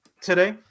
today